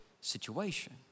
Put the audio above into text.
situation